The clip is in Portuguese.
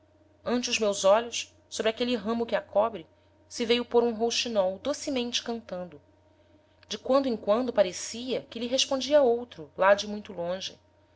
os meus olhos sobre aquele ramo que a cobre se veio pôr um rouxinol docemente cantando de quando em quando parecia que lhe respondia outro lá de muito longe